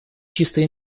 чистой